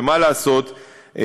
ומה לעשות,